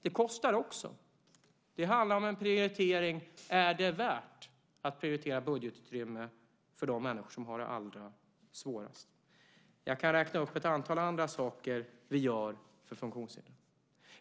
Det kostar också. Det handlar om en prioritering. Är det värt att prioritera budgetutrymme för de människor som har det allra svårast? Jag kan räkna upp ett antal andra saker som vi gör för funktionshindrade.